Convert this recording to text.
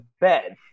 bed